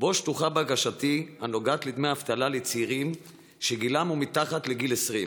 ובה שטוחה בקשתי הנוגעת לדמי אבטלה לצעירים שגילם הוא מתחת ל-20.